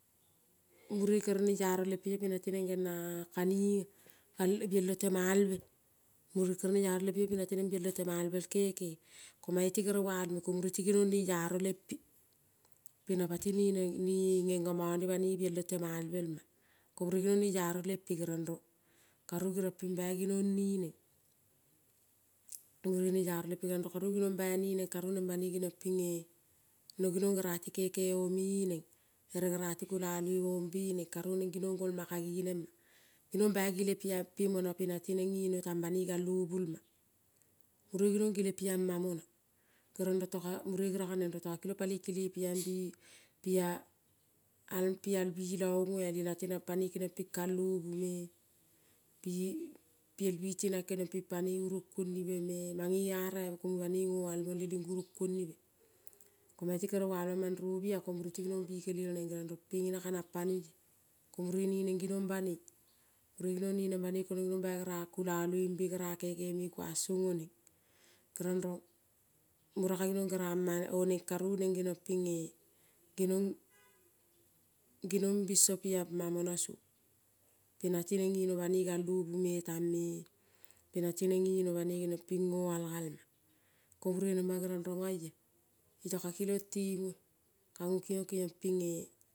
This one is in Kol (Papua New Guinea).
Mure kere nearo lempe iong pi na tineng gena kaniga gae bialo temalve mure kere nearo iong lempe iong pi nati neng bialo temalve el keke ko maeti kere vaemo ko mure ginong neiaro lempe. Pe na pati ne neng ne ngeng ga mone banoi bialo temalvelma ko mure ginang nearo lempe gerong rong kani gerompi bai ginang ne neng mure neiaro lempe geriong karovu ginong bai ne neng karu neng banoi genling pinge no genong gera ti keke ome neng ere gora ti kulaloi bombe neng karu neng ginong ngolma ka genema. Ginang bai gileng pui pe mona pi nati neng ngeno tang banoi galo rulma. Mure ginang gileng pi ama mona. Kereng rong toka mure geriang aneng rong ta kilong paloi kilepian bi pi al, pi al bila ongoa li nati nang kenang pinpanoi uro kuoniveme mange ia raive ko munge banoi ngo al mole ling urung kuo nive. Ko maeti kere valma mandrovia ko mure ti ginong banei kulaloimbe gera kekeme kuang song oneng gerang rong mura kae ginong gerama oneng karou neng geniong pinge ginong, ginong binso pia mamona song pina tineng ngeno banoi galovi me tang me pina tineng ngeno banoi geniong ping ngoal gal ma. Ko mure nema geriong rong oia iota ka kilong te ngoa kiong keaongpinge